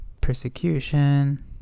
persecution